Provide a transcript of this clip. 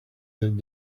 that